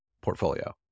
portfolio